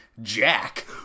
Jack